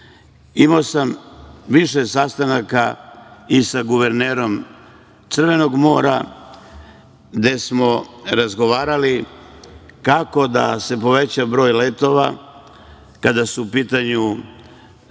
sam više sastanaka i sa guvernerom Crvenog mora gde smo razgovarali kako da se poveća broj letova kada su u pitanju